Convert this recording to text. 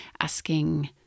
asking